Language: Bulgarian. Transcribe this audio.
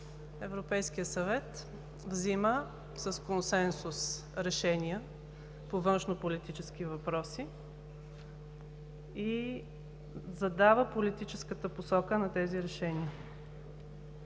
Европейският съвет взима с консенсус решения по външнополитически въпроси и задава политическата посока на тези решения.